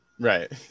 right